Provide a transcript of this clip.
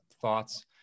thoughts